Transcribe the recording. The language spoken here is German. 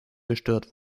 gestört